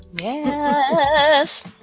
Yes